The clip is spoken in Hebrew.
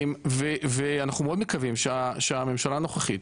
ואנחנו מאוד מקווים שהממשלה הנוכחית,